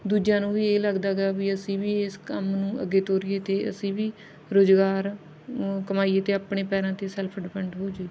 ਦੂਜਿਆਂ ਨੂੰ ਵੀ ਇਹ ਲੱਗਦਾ ਗਾ ਵੀ ਅਸੀਂ ਵੀ ਇਸ ਕੰਮ ਨੂੰ ਅੱਗੇ ਤੋਰੀਏ ਅਤੇ ਅਸੀਂ ਵੀ ਰੁਜ਼ਗਾਰ ਕਮਾਈਏ ਅਤੇ ਆਪਣੇ ਪੈਰਾਂ 'ਤੇ ਸੈਲਫ ਡਪੈਂਡ ਹੋ ਜਾਈ